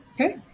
Okay